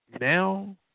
now